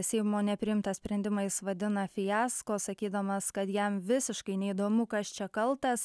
seimo nepriimtą sprendimą jis vadina fiasko sakydamas kad jam visiškai neįdomu kas čia kaltas